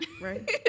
Right